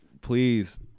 Please